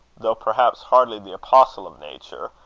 though perhaps hardly the apostle of nature,